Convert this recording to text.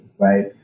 right